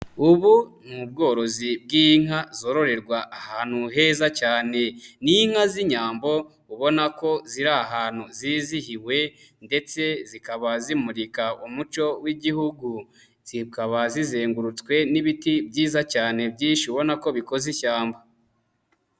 Ubu ni ubworozi bw'inka zororerwa ahantu heza cyane. Ni inka z'inyambo ubona ko ziri ahantu zizihiwe ndetse zikaba zimurika umuco w'Igihugu. Zikaba zizengurutswe n'ibiti byiza cyane byinshi ubona ko bikoze ishyamba.